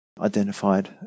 identified